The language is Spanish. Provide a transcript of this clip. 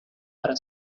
para